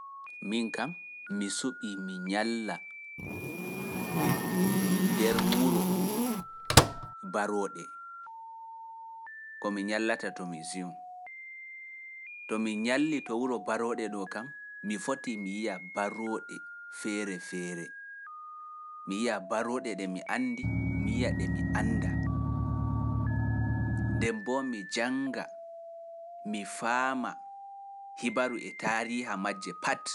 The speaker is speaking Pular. Min kam, mi suɓii mi ñalla nder wuro barooɗe, ko mi ñallata to mi siw. To mi ñalli to wuro barooɗe ɗo kam, mi foti mi yiya barooɗe feere feere. Mi yiya barooɗe ɗe mi andi, mi yiya ɗe ɗe mi andi mi yiya ɗe mi anda nden mboo mi jannga mi faama hibaru e taariiha majje pati.